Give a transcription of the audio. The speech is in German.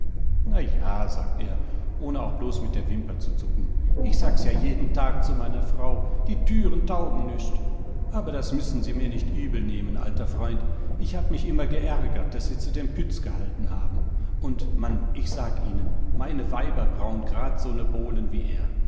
ja sagt er ohne auch bloß mit der wimper zu zucken ich sag's ja jeden tag zu meiner frau die türen taugen nüscht aber das müssen sie mir nicht übelnehmen alter freund ich hab mich immer geärgert daß sie zu dem pütz gehalten haben und mann ich sag ihnen meine weiber brauen grad so ne bowlen wie er